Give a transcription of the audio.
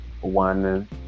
one